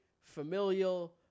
familial